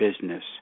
business